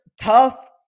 tough